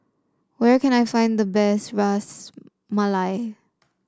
where can I find the best Ras Malai